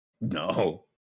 no